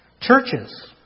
Churches